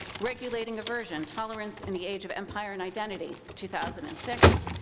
regulating aversion tolerance in the age of empire and identity two thousand and six,